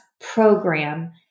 program